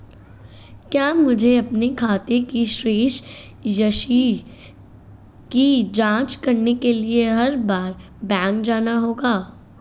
क्या मुझे अपने खाते की शेष राशि की जांच करने के लिए हर बार बैंक जाना होगा?